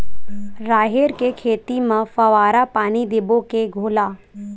राहेर के खेती म फवारा पानी देबो के घोला?